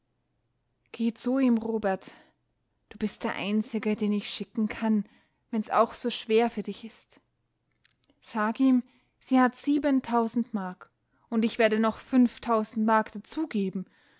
geh zu ihm robert du bist der einzige den ich schicken kann wenn's auch so schwer für dich ist sag ihm sie hat siebentausend mark und ich werde noch fünftausend mark